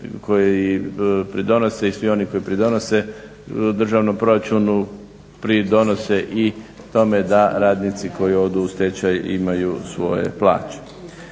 koji pridonose i svi oni koji pridonose državnom proračunu pridonose i k tome da radnici koji odu u stečaj imaju svoje plaće.